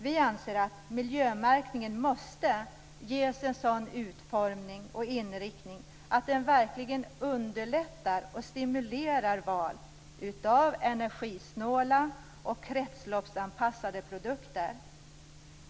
Vi anser att miljömärkningen måste ges en sådan utformning och inriktning att den verkligen underlättar och stimulerar val av energisnåla och kretsloppsanpassade produkter.